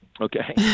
Okay